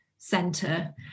center